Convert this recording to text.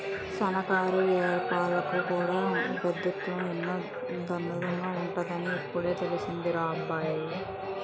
సన్నకారు ఏపారాలకు కూడా పెబుత్వం ఎన్ను దన్నుగా ఉంటాదని ఇప్పుడే తెలిసిందిరా అబ్బాయి